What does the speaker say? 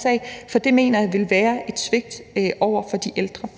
sag, for det mener jeg ville være et svigt over for de ældre.